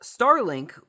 Starlink